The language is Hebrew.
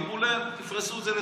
אמרו להם: תפרסו את זה לתשלומים.